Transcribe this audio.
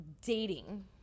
dating